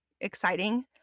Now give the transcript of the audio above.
exciting